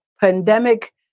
pandemic